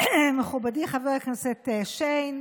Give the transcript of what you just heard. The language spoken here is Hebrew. מכובדי חבר הכנסת שיין,